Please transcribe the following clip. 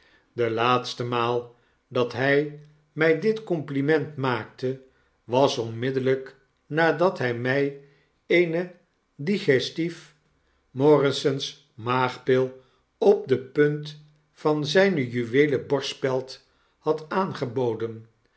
de laatste maal dat hij mij dit compliment maakte was onmiddellijk nadat hij mij eene digestive morrisons maagpil op de punt van zyne juweelen borstspeld had aangeboden